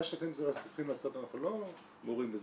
מה שאתם צריכים לעשות אנחנו לא מעורים בזה.